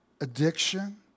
addiction